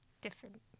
different